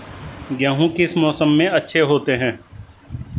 गेहूँ किस मौसम में अच्छे होते हैं?